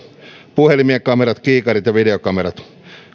puhelimien kamerat kiikarit ja videokamerat